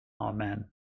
Amen